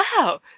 Wow